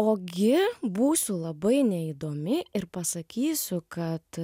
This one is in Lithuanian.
ogi būsiu labai neįdomi ir pasakysiu kad